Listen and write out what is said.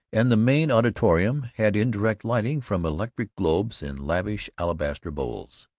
and the main auditorium had indirect lighting from electric globes in lavish alabaster bowls.